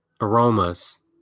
aromas